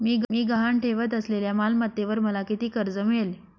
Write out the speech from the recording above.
मी गहाण ठेवत असलेल्या मालमत्तेवर मला किती कर्ज मिळेल?